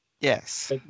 yes